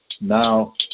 Now